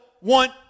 want